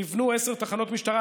נבנו עשר תחנות משטרה,